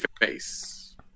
face